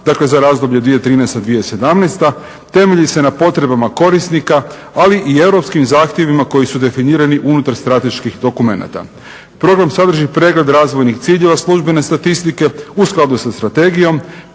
dakle za razdoblje 2013-2017. Temelji se na potrebama korisnika, ali i europskim zahtjevima koji su definirani unutar strateških dokumenata. Program sadrži pregled razvojnih ciljeva službene statistike u skladu sa strategijom,